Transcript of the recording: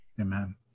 Amen